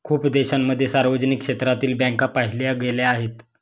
खूप देशांमध्ये सार्वजनिक क्षेत्रातील बँका पाहिल्या गेल्या आहेत